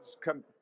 come